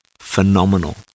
phenomenal